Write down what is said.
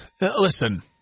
listen